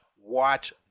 watch